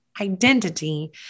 identity